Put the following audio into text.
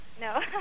no